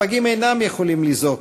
הפגים אינם יכולים לזעוק,